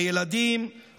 הילדים,